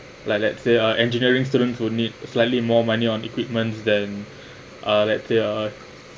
like let's say uh engineering students who need slightly more money on equipments then uh let's say uh